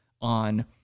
on